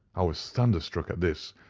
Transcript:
i was thunderstruck at this,